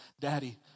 daddy